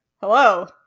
hello